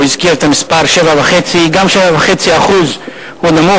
הוא הזכיר את המספר 7.5. גם 7.5% הוא נמוך,